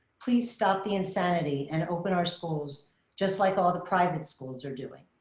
please stop the insanity and open our schools just like all the private schools are doing.